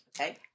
Okay